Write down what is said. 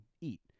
eat